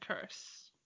curse